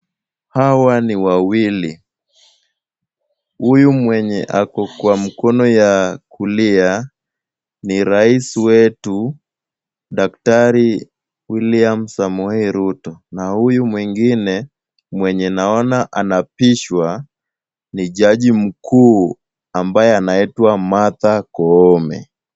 Hawa ni wawili. Huyu mwenye ako kwa mkono ya kulia, ni raisi wetu, daktari William Samoei Ruto na huyu mwingine mwenye naona anapishwa, ni jaji mkuu, ambaye anaitwa Martha Koome.